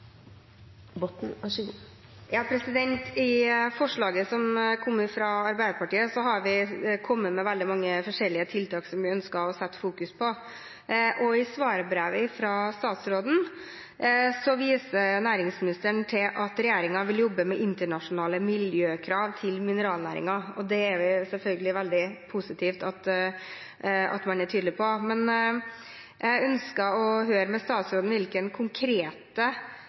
veldig mange forskjellige tiltak som vi ønsker å fokusere på. I svarbrevet fra statsråd Mæland viser hun til at regjeringen vil jobbe med internasjonale miljøkrav til mineralnæringen, og det er selvfølgelig veldig positivt at man er tydelig på det. Men jeg ønsker å høre fra statsråden hvilke konkrete